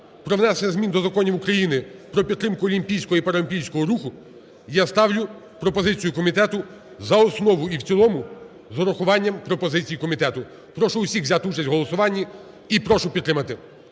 про внесення змін до Законів України про підтримку олімпійського, паралімпійського руху, я ставлю пропозицію комітету, за основу і в цілому з урахуванням пропозицій комітету. Прошу усіх взяти участь в голосуванні і прошу підтримати.